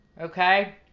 Okay